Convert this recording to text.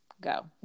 Go